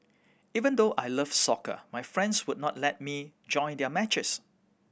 even though I love soccer my friends would not let me join their matches